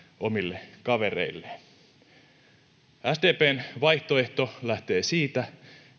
omille kavereilleen sdpn vaihtoehto lähtee siitä